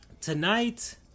Tonight